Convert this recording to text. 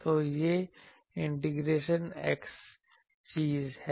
तो यह integration x चीज है